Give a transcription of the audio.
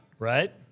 Right